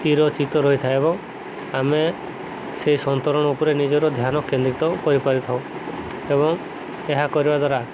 ସ୍ଥିରଚିତ ରହିଥାଏ ଏବଂ ଆମେ ସେଇ ସନ୍ତରଣ ଉପରେ ନିଜର ଧ୍ୟାନ କେନ୍ଦ୍ରିତ କରିପାରିଥାଉ ଏବଂ ଏହା କରିବା ଦ୍ୱାରା